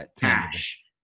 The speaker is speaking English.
cash